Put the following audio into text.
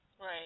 Right